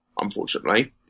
unfortunately